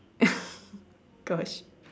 gosh